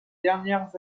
dernières